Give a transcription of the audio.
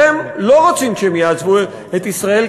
אתם לא רוצים שהם יעזבו את ישראל,